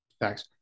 Thanks